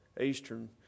eastern